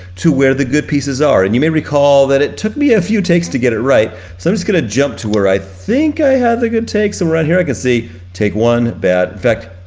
to where the good pieces are. and you may recall that it took me a few takes to get it right, so i'm just gonna jump to where i think i have the good takes. and right here i can see take one, bad, in fact,